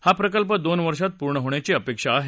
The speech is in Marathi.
हा प्रकल्प दोन वर्षात पूर्ण होण्याची अपेक्षा आहे